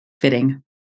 Fitting